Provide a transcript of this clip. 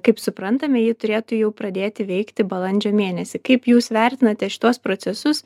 kaip suprantame ji turėtų jau pradėti veikti balandžio mėnesį kaip jūs vertinate šituos procesus